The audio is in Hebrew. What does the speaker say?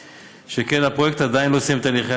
שכן בפרויקט עדיין לא הסתיימו הליכי